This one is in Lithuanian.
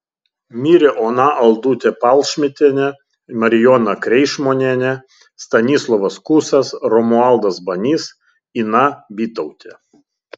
mirė ona aldutė palšmitienė marijona kreišmonienė stanislovas kusas romualdas banys ina bytautė